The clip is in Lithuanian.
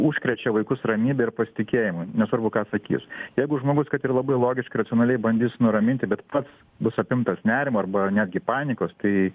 užkrečia vaikus ramybe ir pasitikėjimu nesvarbu ką sakys jeigu žmogus kad ir labai logiškai racionaliai bandys nuraminti bet pats bus apimtas nerimo arba netgi panikos tai